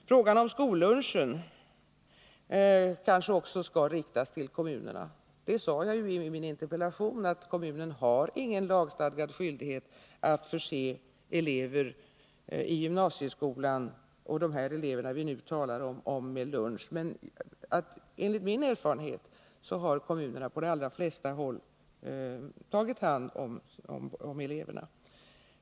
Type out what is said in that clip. Frågan om skollunchen kanske också skall riktas till kommunerna. Jag sade ju i mitt interpellationssvar att kommunerna inte har någon lagstadgad skyldighet att förse de elever i gymnasieskolan som vi nu talar om med lunch. Men enligt min erfarenhet har kommunerna på de allra flesta håll tagit hand om eleverna.